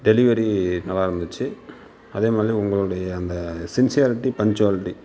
delivery நல்லா இருந்துச்சு அதேமாதிரி உங்களுடைய அந்த சின்சியாரிட்டி பன்சுவாலிட்டி